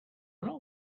not